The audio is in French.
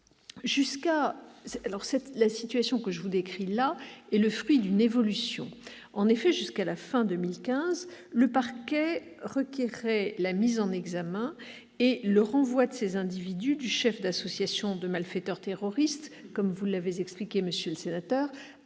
La situation que je vous décris là est le fruit d'une évolution. En effet, jusqu'à la fin de l'année 2015, le parquet requérait la mise en examen et le renvoi de ces individus du chef d'association de malfaiteurs terroristes délictuelle. Ceux-ci avaient alors